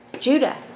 Judah